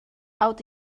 out